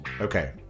Okay